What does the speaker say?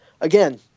again